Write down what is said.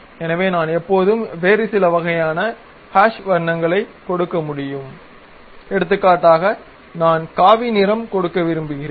எனவே நான் எப்போதும் வேறு சில வகையான ஹாஷ் வண்ணங்களை கொடுக்க முடியும் எடுத்துக்காட்டாக நான் காவி நிறம் கொடுக்க விரும்புகிறேன்